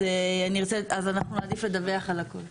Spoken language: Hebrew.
אז אני ארצה, אז אנחנו נעדיף לדווח על הכל.